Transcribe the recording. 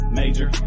major